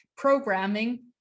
programming